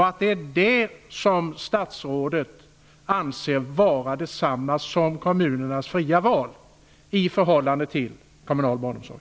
Ät det detta som statsrådet anser vara detsamma som kommunernas fria val i förhållande till kommunal barnomsorg?